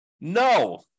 No